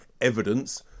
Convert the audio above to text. evidence